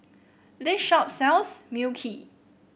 this shop sells Mui Kee